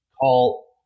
call